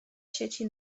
sieci